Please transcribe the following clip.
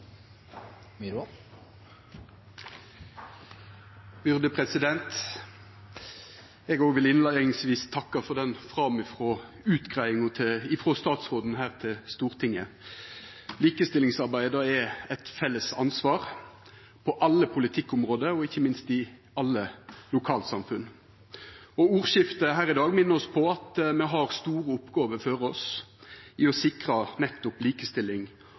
Eg òg vil innleiingsvis takka for den framifrå utgreiinga frå statsråden til Stortinget. Likestillingsarbeidet er eit felles ansvar på alle politikkområde og ikkje minst i alle lokalsamfunn. Ordskiftet her i dag minner oss på at me har store oppgåver føre oss i å sikra nettopp likestilling